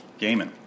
Gaiman